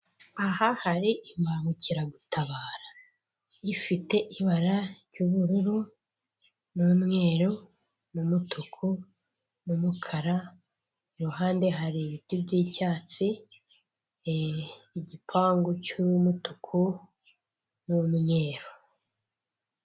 Aha hari imbangukiragutabara ifite ibara ry'ubururu n'umweru n'umutuku n'umukara, iruhande hari ibiti by'icyatsi, igipangu cy'umutuku n'umweru.